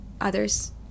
others